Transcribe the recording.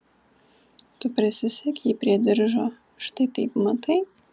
tu prisisek jį prie diržo štai taip matai